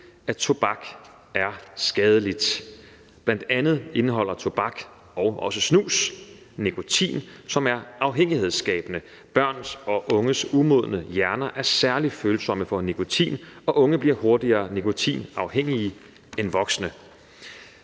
at tobak er skadeligt. Bl.a. indeholder tobak og også snus nikotin, som er afhængighedsskabende. Børn og unges umodne hjerner er særlig følsomme for nikotin, og unge bliver hurtigere nikotinafhængige end voksne.